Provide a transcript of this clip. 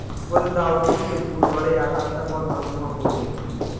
गुलदाउदी के फूल बड़े आकर्षक और मनमोहक होते हैं